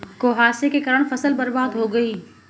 कुहासे के कारण फसल बर्बाद हो गयी